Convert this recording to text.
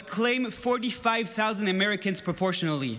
claim 45,000 Americans proportionally.